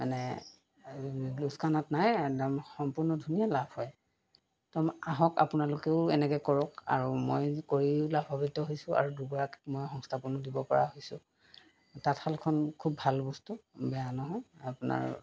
মানে লোকচানত নাই একদম সম্পূৰ্ণ ধুনীয়া লাভ হয় ত' আহক আপোনালোকেও এনেকৈ কৰক আৰু মই কৰিও লাভান্বিত হৈছোঁ আৰু দুগৰাকীক মই সংস্থাপনো দিব পৰা হৈছোঁ তাঁতশালখন খুব ভাল বস্তু বেয়া নহয় আপোনাৰ